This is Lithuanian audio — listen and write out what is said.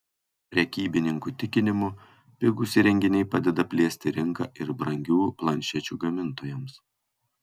prekybininkų tikinimu pigūs įrenginiai padeda plėsti rinką ir brangių planšečių gamintojams